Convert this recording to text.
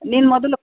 ನೀನು ಮೊದಲು